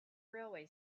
railway